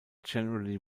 generally